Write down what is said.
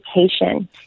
education